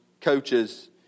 coaches